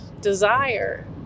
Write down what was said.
desire